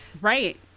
right